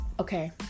Okay